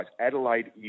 Adelaide